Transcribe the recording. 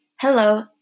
Hello